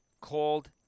called